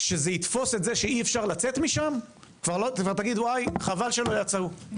כשזה יתפוס את זה שאי אפשר לצאת משם תגיד אוי שלא יצאו,